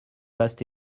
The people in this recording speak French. vaste